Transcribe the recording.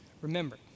Remember